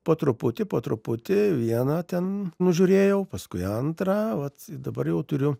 po truputį po truputį vieną ten nužiūrėjau paskui antrą vat dabar jau turiu